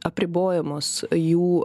apribojamos jų